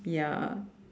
ya